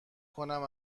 کنم